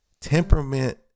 Temperament